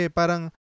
parang